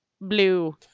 blue